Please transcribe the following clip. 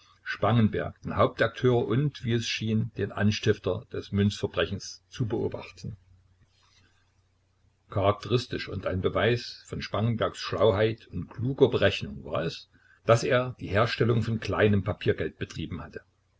spangenberg den hauptakteur und wie es schien den anstifter des münzverbrechens zu beobachten charakteristisch und ein beweis von spangenbergs schlauheit und kluger berechnung war es daß er die herstellung von kleinem papiergeld betrieben hatte